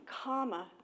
comma